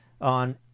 on